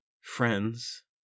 friends